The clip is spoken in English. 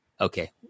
okay